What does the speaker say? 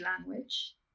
language